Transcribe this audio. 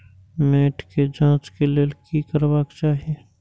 मैट के जांच के लेल कि करबाक चाही?